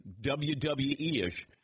WWE-ish